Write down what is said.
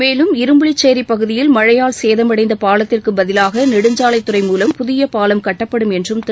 மேலும் இரும்புலிச்சேரி பகுதியில் மழையால் சேதமடைந்த பாலத்திற்குப் பதிலாக நெடுஞ்சாலைத்துறை மூலம் புதிய பாலம் கட்டப்படும் என்றும் திரு